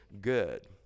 good